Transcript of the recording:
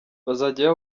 bazajya